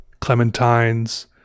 clementines